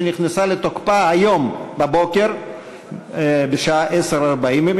שנכנסה לתוקפה היום בבוקר בשעה 10:40,